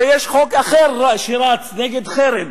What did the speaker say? הרי יש חוק אחר שרץ בכנסת נגד קריאה לחרם.